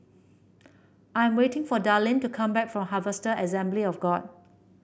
I am waiting for Darlyne to come back from Harvester Assembly of God